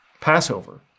Passover